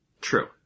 True